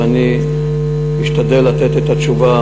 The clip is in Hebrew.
ואני אשתדל לתת את התשובה